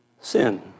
sin